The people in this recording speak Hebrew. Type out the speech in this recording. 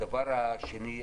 הדבר השני,